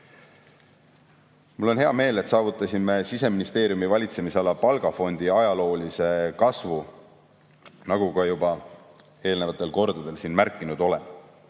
on hea meel, et saavutasime Siseministeeriumi valitsemisala palgafondi ajaloolise kasvu, nagu ma juba eelnevatel kordadel siin märkinud olen.